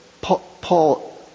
Paul